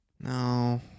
No